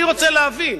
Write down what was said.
אני רוצה להבין.